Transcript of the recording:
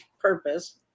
purpose